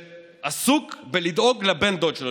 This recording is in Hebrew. שעסוק בלדאוג לבן הדוד שלו,